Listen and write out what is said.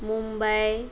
Mumbai